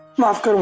mosque.